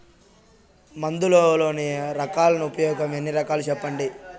మందులలోని రకాలను ఉపయోగం ఎన్ని రకాలు? సెప్పండి?